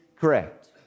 correct